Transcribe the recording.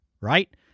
right